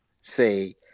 say